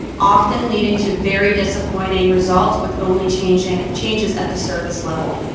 often leading to very disappointing results with only changes changes at the surface level.